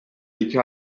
iki